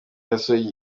yasohoye